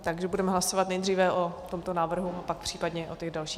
Takže budeme hlasovat nejdříve o tomto návrhu a pak případně o těch dalších.